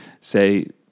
say